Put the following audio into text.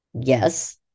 Yes